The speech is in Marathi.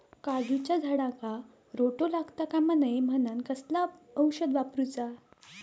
काजूच्या झाडांका रोटो लागता कमा नये म्हनान कसला औषध वापरूचा?